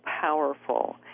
powerful